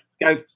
go